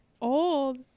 old